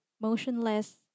motionless